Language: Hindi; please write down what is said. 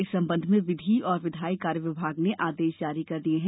इस संबंध में विधि और विधायी कार्य विभाग ने आदेश जारी कर दिए हैं